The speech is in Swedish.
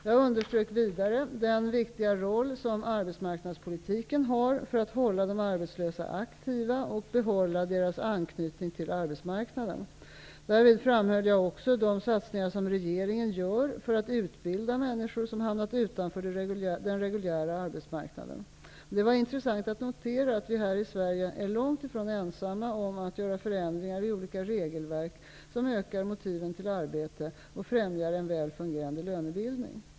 Jag underströk vidare den viktiga roll som arbetsmarknadspolitiken har för att hålla de arbetslösa aktiva och att behålla deras anknytning till arbetsmarknaden. Därvid framhöll jag också de satsningar som regeringen gör för att utbilda människor som hamnat utanför den reguljära arbetsmarknaden. Det var intressant att notera att vi här i Sverige är långt ifrån ensamma om att göra förändringar i olika regelverk som ökar motiven till arbete och främjar en väl fungerande lönebildning.